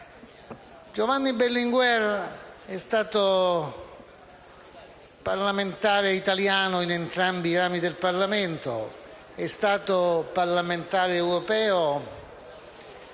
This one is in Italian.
Giovanni Berlinguer è stato parlamentare italiano in entrambi i rami del Parlamento. È stato parlamentare europeo